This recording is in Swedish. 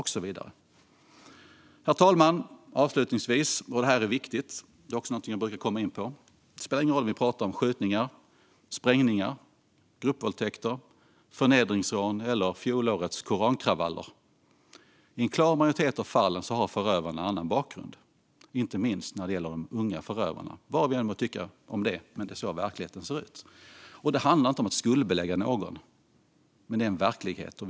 Herr talman! Avslutningsvis vill jag säga ytterligare något som är viktigt och som jag brukar komma in på. Det spelar ingen roll om vi pratar om skjutningar, sprängningar, gruppvåldtäkter, förnedringsrån eller fjolårets korankravaller - i en klar majoritet av fallen har förövarna annan bakgrund. Detta gäller inte minst de unga förövarna. Det är så verkligheten ser ut, vad vi än må tycka om det. Det handlar inte om att skuldbelägga någon, men detta är verkligheten.